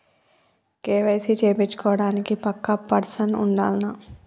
KYC చేపిచ్చుకోవడానికి పక్కా person ఉండాల్నా?